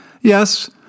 Yes